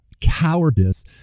cowardice